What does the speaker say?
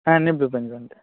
అన్నీ బ్లూ పెన్లు ఉంటాయి